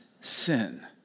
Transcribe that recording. sin